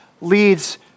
leads